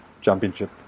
championship